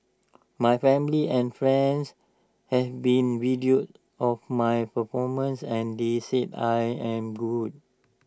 my family and friends have seen videos of my performances and they said I am good